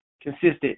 consistent